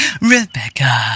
Rebecca